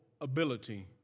ability